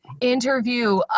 interview